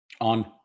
On